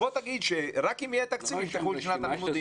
בוא תגיד שרק אם יהיה תקציב יפתחו את שנת הלימודים.